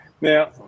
Now